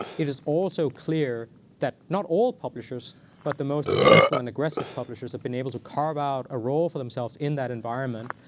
it is also clear that not all publishers but the most successful and aggressive publishers have been able to carve out a role for themselves in that environment.